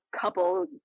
couple